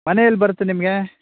ಮನೆ ಎಲ್ಲಿ ಬರುತ್ತೆ ನಿಮಗೆ